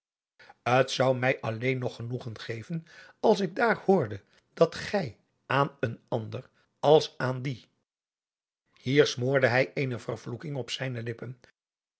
t zou mij alleen nog genoegen geven als ik daar hoorde dat gij aan een ander als aan dien